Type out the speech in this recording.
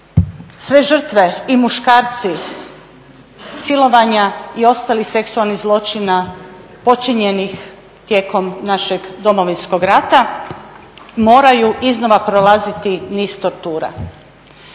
sve žrtve i muškarci, silovanja i ostalih seksualnih zločina počinjenih tijekom našeg Domovinskog rata moraju iznova prolaziti niz tortura.